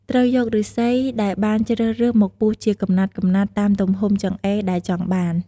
ត្រូវយកឫស្សីដែលបានជ្រើសរើសមកពុះជាកំណាត់ៗតាមទំហំចង្អេរដែលចង់បាន។